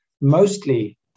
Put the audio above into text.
Mostly